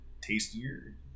tastier